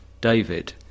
David